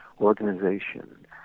organization